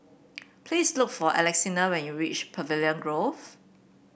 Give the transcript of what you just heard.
please look for Alexina when you reach Pavilion Grove